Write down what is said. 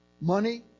Money